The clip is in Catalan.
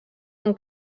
han